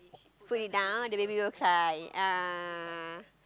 put it down the baby will cry ah